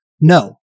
No